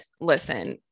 listen